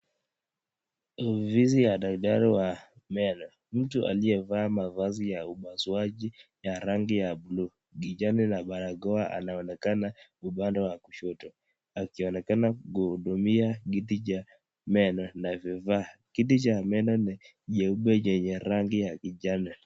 Ni ofisi ya daktari wa meno. Mtu aliyevaa mavazi ya upasuaji ya rangi ya bluu, kijani na barakoa anaonekana upande wa kushoto. Akionekana kuhudumua kiti cha meno na vifaa. Kiti cha meno ni nyeupe chenye rangi ya kijani.